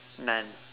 none